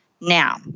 Now